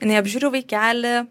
jinai apžiūri vaikelį